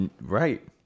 Right